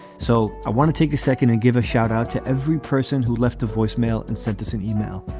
so i want to take a second and give a shout out to every person who left the voicemail and sent us an yeah e-mail.